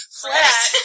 flat